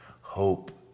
Hope